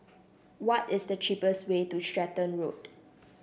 what is the cheapest way to Stratton Road